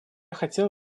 хотел